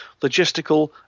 logistical